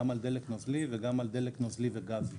גם על דלק נוזלי וגם על דלק נוזלי וגז.